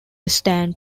stand